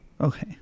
Okay